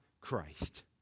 Christ